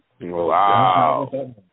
Wow